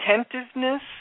Attentiveness